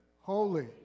holy